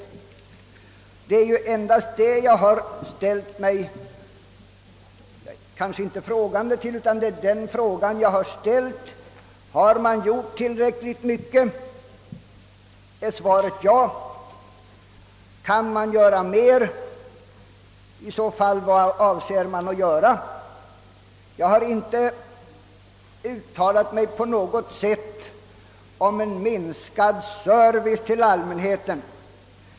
Jag har emellertid ställt frågan: Har man gjort tillräckligt mycket? Om svaret inte är ja undrar jag huruvida man i så fall kan göra mer och vad man avser att göra. Jag har inte på något sätt uttalat mig om en minskad service till allmänheten.